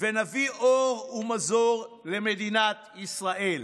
ונביא אור ומזור למדינת ישראל,